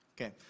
Okay